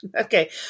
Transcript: Okay